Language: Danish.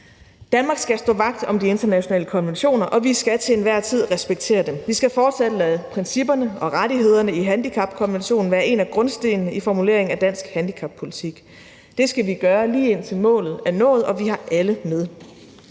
Danmark skal stå vagt om de internationale konventioner, og vi skal til enhver tid respektere dem. Vi skal fortsat lade principperne og rettighederne i handicapkonventionen være en af grundstenene i formuleringen af dansk handicappolitik. Det skal vi gøre, lige indtil målet er nået og vi har alle med.